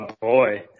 boy